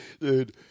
Dude